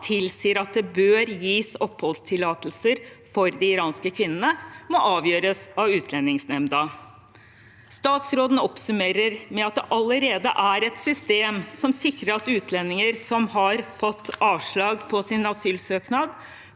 tilsier at det bør gis oppholdstillatelser for de iranske kvinnene, må avgjøres av Utlendingsnemnda. Statsråden oppsummerer med at det allerede er et system som sikrer at utlendinger som har fått avslag på sin asylsøknad,